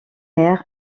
air